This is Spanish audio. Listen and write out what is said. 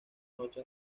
noche